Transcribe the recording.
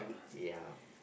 ya